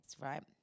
right